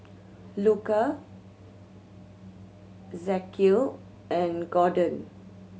Luka Ezekiel and Gorden